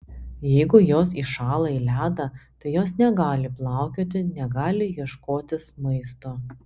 jeigu jos įšąla į ledą tai jos negali plaukioti negali ieškotis maisto